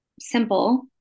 simple